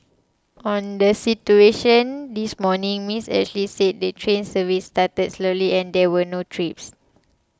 on the situation this morning Miss Ashley said the train service started slowly and there were no trips